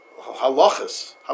halachas